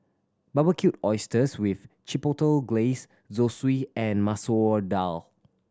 Barbecued Oysters with Chipotle Glaze Zosui and Masoor Dal